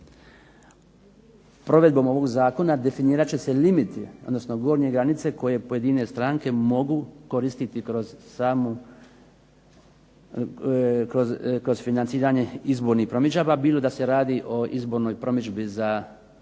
provedbom ovog zakona definirat će se limiti, odnosno gornje granice koje pojedine stranke mogu koristiti kroz samu, kroz financiranje izbornih promidžaba bilo da se radi o izbornoj promidžbi za izbore